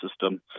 system